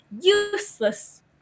useless